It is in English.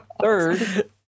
Third